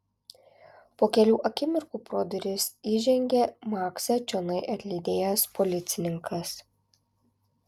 po kelių akimirkų pro duris įžengė maksą čionai atlydėjęs policininkas